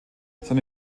seine